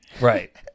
Right